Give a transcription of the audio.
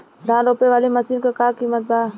धान रोपे वाली मशीन क का कीमत बा?